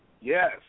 Yes